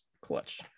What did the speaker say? clutch